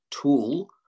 tool